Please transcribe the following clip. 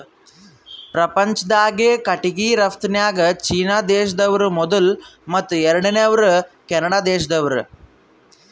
ಪ್ರಪಂಚ್ದಾಗೆ ಕಟ್ಟಿಗಿ ರಫ್ತುನ್ಯಾಗ್ ಚೀನಾ ದೇಶ್ದವ್ರು ಮೊದುಲ್ ಮತ್ತ್ ಎರಡನೇವ್ರು ಕೆನಡಾ ದೇಶ್ದವ್ರು